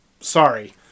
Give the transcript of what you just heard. Sorry